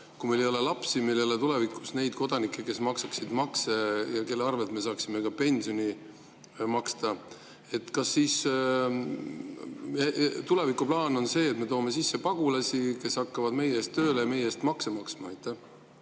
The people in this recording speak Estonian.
kui meil ei ole lapsi, meil ei tulevikus neid kodanikke, kes maksaksid makse ja kelle arvel me saaksime ka pensioni maksta? Kas siis tulevikuplaan on see, et me toome sisse pagulasi, kes hakkavad meie eest tööle ja meie eest makse maksma?